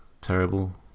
terrible